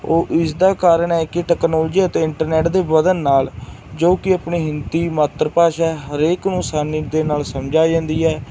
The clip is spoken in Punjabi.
ਉਹ ਇਸ ਦਾ ਕਾਰਨ ਹੈ ਕਿ ਟੈਕਨੋਲਜੀ ਅਤੇ ਇੰਟਰਨੈਟ ਦੇ ਵਧਣ ਨਾਲ ਜੋ ਕਿ ਆਪਣੀ ਹਿੰਦੀ ਮਾਤਰ ਭਾਸ਼ਾ ਹਰੇਕ ਨੂੰ ਅਸਾਨੀ ਦੇ ਨਾਲ ਸਮਝ ਆ ਜਾਂਦੀ ਹੈ